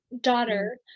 daughter